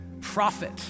prophet